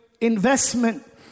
investment